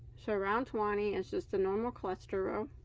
so round twenty is just a normal cluster row.